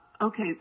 Okay